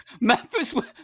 Memphis